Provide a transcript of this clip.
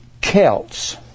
Celts